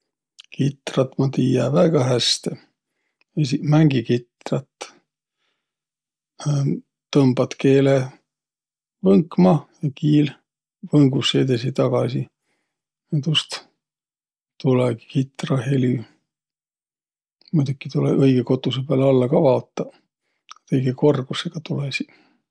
Kitrat ma tiiä väega häste. Esiq mängi kitrat. Tõmbat keele võnkma ja kiil võngus edesi-tagasi. Ja tuust tulõgi kitra helü. Muidoki tulõ õigõ kotusõ pääl alla ka vaotaq, et õigõ korgusõga tulõsiq.